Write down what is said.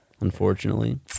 unfortunately